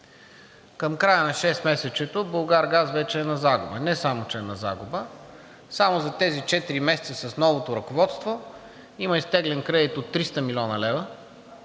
към края на шестмесечието „Булгаргаз“ вече е на загуба. Не само че е на загуба – само за тези четири месеца с новото ръководство има изтеглен кредит от 300 млн. лв.